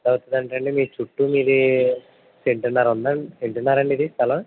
ఎట్లా అవుతుంది అంటే అది చుట్టూ మీది సెంటున్నర ఉందండి సెంటున్నర మీది స్థలం